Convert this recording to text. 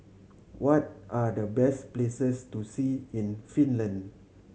what are the best places to see in Finland